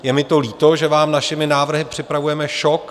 Je mi líto, že vám našimi návrhy připravujeme šok.